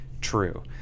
true